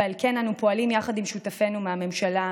ועל כן אנו פועלים יחד עם שותפינו מהממשלה,